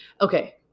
Okay